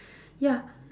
ya